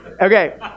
Okay